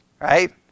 Right